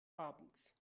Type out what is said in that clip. abends